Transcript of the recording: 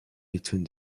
between